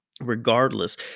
Regardless